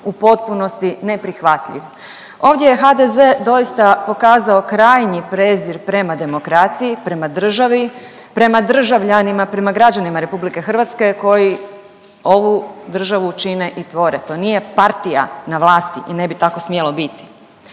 u potpunosti neprihvatljiv. Ovdje je HDZ doista pokazao krajnji prezir prema demokraciji, prema državi, prema državljanima, prema građanima Republike Hrvatske koji ovu državu čine i tvore. To nije Partija na vlasti i ne bi tako smjelo biti.